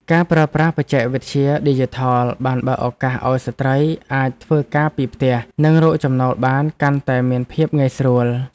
ការប្រើប្រាស់បច្ចេកវិទ្យាឌីជីថលបានបើកឱកាសឱ្យស្ត្រីអាចធ្វើការពីផ្ទះ និងរកចំណូលបានកាន់តែមានភាពងាយស្រួល។